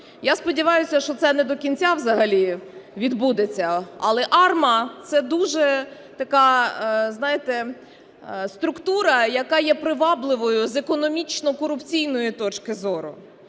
Я сподіваюся, що це не до кінця взагалі відбудеться. Але АРМА – це дуже така, знаєте, структура, яка є привабливою з економічно-корупційної точки зору.